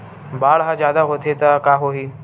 बाढ़ ह जादा होथे त का होही?